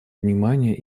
внимания